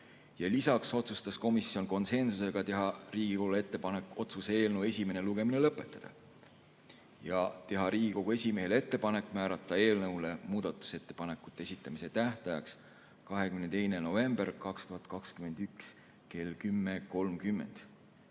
Lisaks otsustas komisjon konsensusega teha Riigikogule ettepaneku otsuse eelnõu esimene lugemine lõpetada ja teha Riigikogu esimehele ettepaneku määrata eelnõu muudatusettepanekute esitamise tähtajaks 22. novembri 2021 kell 10.30.